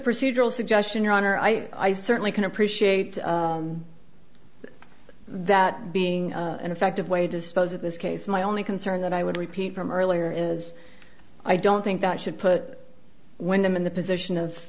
procedural suggestion your honor i certainly can appreciate that being an effective way to dispose of this case my only concern that i would repeat from earlier is i don't think that should put when i'm in the position of